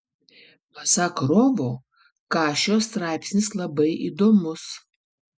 pasak rovo kašio straipsnis labai įdomus